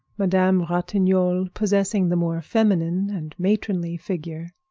madame ratignolle possessing the more feminine and matronly figure.